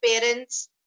parents